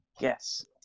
yes